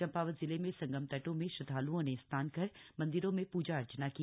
चंपावत जिले में संगम तटों में श्रद्धाल्ओं ने स्नान कर मन्दिरों में पूजा अर्चना की